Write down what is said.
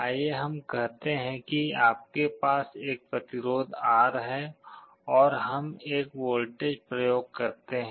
आइए हम कहते हैं कि आपके पास एक प्रतिरोध R है और हम एक वोल्टेज प्रयोग करते हैं